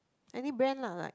any brand lah like